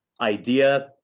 idea